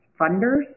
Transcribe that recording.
funders